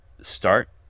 start